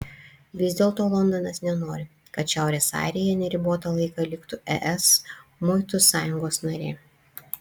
vis dėlto londonas nenori kad šiaurės airija neribotą laiką liktų es muitų sąjungos narė